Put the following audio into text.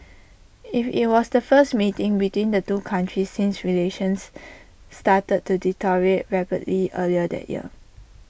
IT it was the first meeting between the two countries since relations started to deteriorate rapidly earlier that year